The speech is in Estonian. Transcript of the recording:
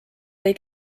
või